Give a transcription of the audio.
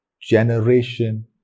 generation